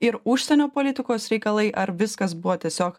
ir užsienio politikos reikalai ar viskas buvo tiesiog